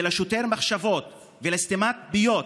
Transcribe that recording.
לשוטר מחשבות וסתימת פיות.